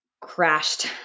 crashed